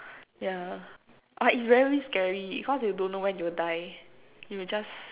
yeah but it's very scary cause you don't know when you'll die you will just